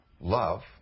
love